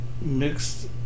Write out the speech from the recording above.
Mixed